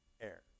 air